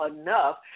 enough